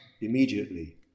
immediately